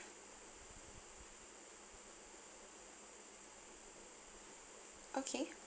okay